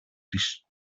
της